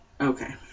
okay